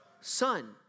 son